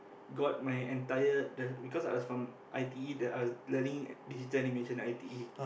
got my entire the because I was from i_t_e the uh learning digital animation i_t_e